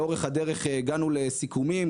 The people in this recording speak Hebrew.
לאורך הדרך הגענו לסיכומים,